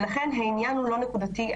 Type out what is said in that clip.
לכן, העניין הוא לא נקודתי.